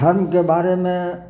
धर्मके बारेमे